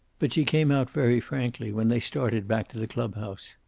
but she came out very frankly, when they started back to the clubhouse.